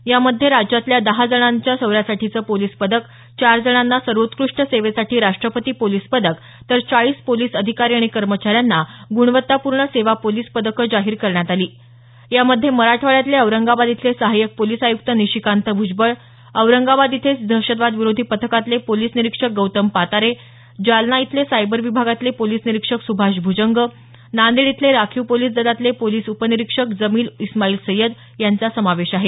यामध्ये राज्यातल्या दहा जणांना शौर्यासाठीचं पोलीस पदक चार जणांना सर्वोत्कृष्ट सेवेसाठी राष्टपती पोलीस पदक तर चाळीस पोलिस अधिकारी आणि कर्मचाऱ्यांना गुणवत्तापूर्ण सेवा पोलिस पदकं जाहीर करण्यात आली यामध्ये मराठवाड्यातले औरंगाबाद इथले सहायक पोलिस आयुक्त निशिकांत भ्जबळ औरंगाबाद इथेच दहशतवाद विरोधी पथकातले पोलिस निरीक्षक गौतम पातारे जालना इथले सायबर विभागातले पोलिस निरीक्षक सुभाष भूजंग नांदेड इथले राखीव पोलिस दलातले पोलिस उपनिरीक्षक जमील इस्माईल सय्यद यांचा समावेश आहे